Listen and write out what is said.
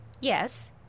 Yes